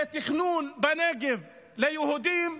זה תכנון בנגב ליהודים,